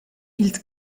ils